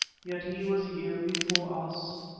yet he was here before us.